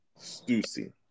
Stussy